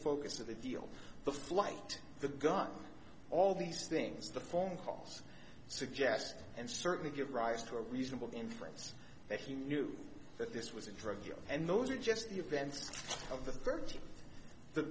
focus of the deal the flight the gun all these things the phone calls suggest and certainly give rise to a reasonable inference that he knew that this was a trivial and those are just the events of the th